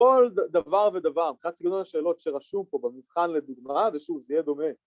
כל דבר ודבר אחד סגנון השאלות שרשום פה במבחן לדוגמה ושוב זה יהיה דומה